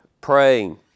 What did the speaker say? praying